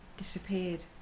disappeared